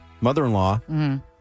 mother-in-law